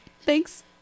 Thanks